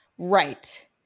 Right